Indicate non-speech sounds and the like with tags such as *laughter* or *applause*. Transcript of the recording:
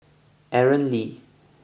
Aaron *noise* Lee